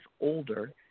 older